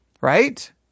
right